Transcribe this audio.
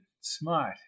Smart